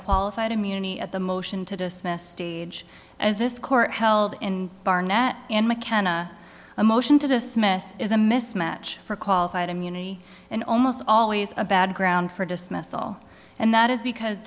qualified immunity at the motion to dismiss stage as this court held in barnett and mckenna a motion to dismiss is a mismatch for qualified immunity and almost always a bad ground for dismissal and that is because